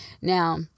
Now